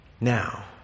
Now